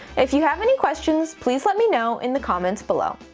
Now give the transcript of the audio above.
if you have any questions, please let me know in the comments below.